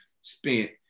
spent